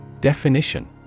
Definition